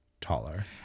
taller